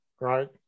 right